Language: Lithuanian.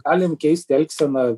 galim keist elgseną